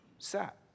sat